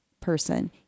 Person